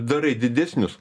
darai didesnius